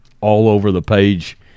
all-over-the-page